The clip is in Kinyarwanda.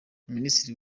ministre